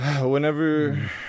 Whenever